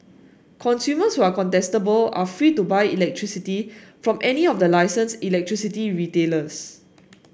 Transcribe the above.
consumers who are contestable are free to buy electricity from any of the licensed electricity retailers